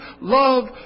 love